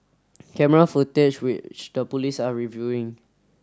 camera footage which the police are reviewing